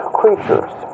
creatures